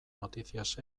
noticias